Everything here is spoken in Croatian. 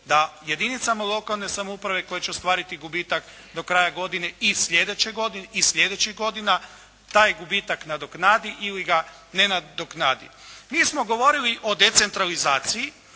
da jedinicama lokalne samouprave koje će ostvariti gubitak do kraja godine i slijedećih godina taj gubitak nadoknadi ili ga ne nadoknadi. Mi smo govorili o decentralizaciji